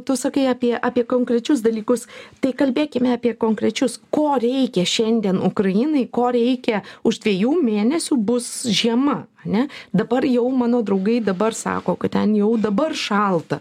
tu sakei apie apie konkrečius dalykus tai kalbėkime apie konkrečius ko reikia šiandien ukrainai ko reikia už dviejų mėnesių bus žiema ane dabar jau mano draugai dabar sako kad ten jau dabar šalta